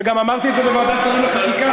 וגם אמרתי את זה בוועדת השרים לחקיקה,